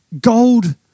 gold